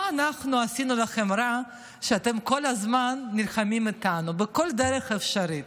מה עשינו לכם רע שאתם כל הזמן נלחמים איתנו בכל דרך אפשרית?